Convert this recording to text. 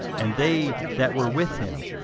and they that were with him,